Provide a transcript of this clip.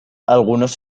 algunos